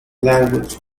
language